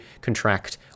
contract